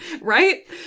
right